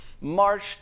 March